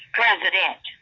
president